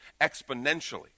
exponentially